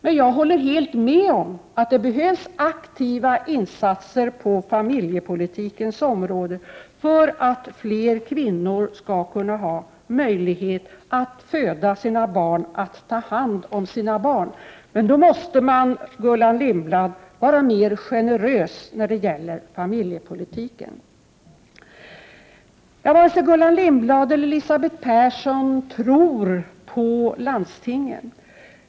Men jag håller helt med om att det behövs aktiva insatser på familjepolitikens område för att fler kvinnor skall ha möjlighet att föda sina barn och ta hand om dem. Men då måste man, Gullan Lindblad, vara mer generös när det gäller familjepolitiken. 39 Varken Gullan Lindblad eller Elisabeth Persson tror på landstingen.